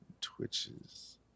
Twitches